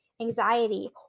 anxiety